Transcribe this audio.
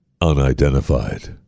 unidentified